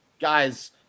guys